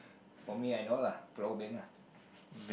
for me I know lah Pulau-Ubin lah